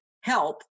help